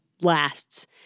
lasts